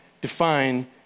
define